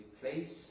place